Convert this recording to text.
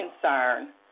concern